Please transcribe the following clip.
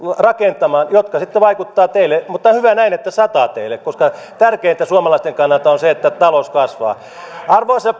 talouskasvua lähdetty rakentamaan ja ne sitten vaikuttavat teidän aikananne mutta hyvä näin että sataa teille koska tärkeintä suomalaisten kannalta on se että talous kasvaa arvoisa